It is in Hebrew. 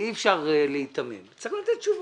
הרי אי אפשר להיתמם וצריך לתת תשובה.